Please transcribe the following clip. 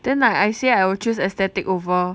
then like I say I will choose aesthetic over